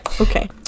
Okay